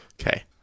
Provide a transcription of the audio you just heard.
okay